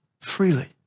freely